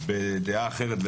בדעה אחרת,